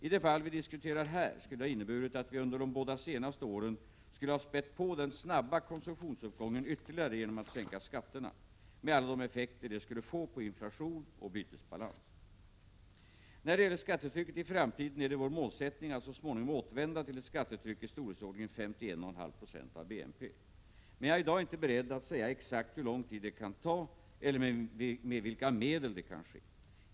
I det fall vi diskuterar här, skulle det ha inneburit att vi under de båda senaste åren skulle ha spätt på den snabba konsumtionsuppgången ytterligare genom att sänka skatterna — med alla de effekter det skulle få på inflation och bytesbalans. När det gäller skattetrycket i framtiden är det vår målsättning att så småningom återvända till ett skattetryck i storleksordningen 51,5 96 av BNP. Men jag är i dag inte beredd att säga exakt hur lång tid det kan ta eller med vilka medel det kan ske.